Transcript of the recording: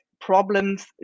problems